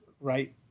right